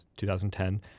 2010